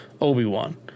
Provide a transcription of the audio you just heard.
Obi-Wan